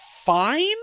fine